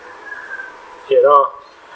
cannot